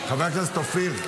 חבר הכנסת אופיר,